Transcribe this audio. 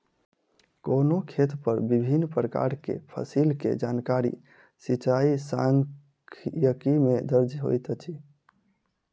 कोनो खेत पर विभिन प्रकार के फसिल के जानकारी सिचाई सांख्यिकी में दर्ज होइत अछि